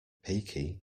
peaky